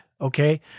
okay